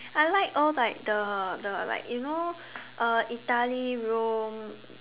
I like all like the the like you know uh Italy Rome